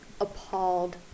appalled